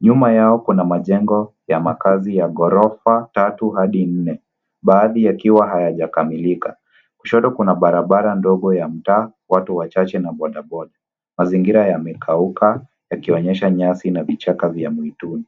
Nyuma yao kuna majengo ya makazi ya ghorofa tatu adi nne, baadhi yakiwa hayajakamilika. Kushoto kuna barabara ndogo ya mtaa, watu wachache, na boda boda. Mazingira yamekauka yakionyesha nyasi na vichaka vya mwituni.